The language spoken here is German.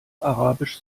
arabisch